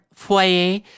Foyer